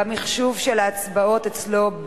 במחשב, של ההצבעות אצלו,